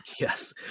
Yes